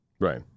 Right